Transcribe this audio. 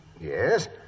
Yes